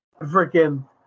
Freaking